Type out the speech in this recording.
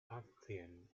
pantheon